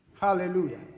hallelujah